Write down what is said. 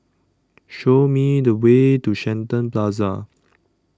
Show Me The Way to Shenton Plaza